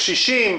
קשישים,